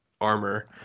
armor